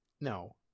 No